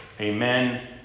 Amen